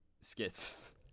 skits